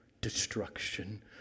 destruction